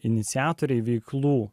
iniciatoriai veiklų